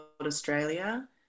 Australia